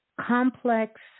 complex